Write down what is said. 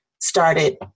started